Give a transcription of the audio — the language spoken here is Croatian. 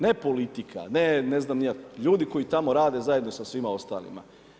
Ne politika, ne znam ni ja, ljudi koji tamo rade zajedno sa svima ostalima.